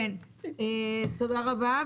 תודה רבה,